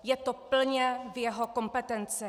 Je to plně v jeho kompetenci.